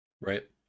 Right